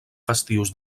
festius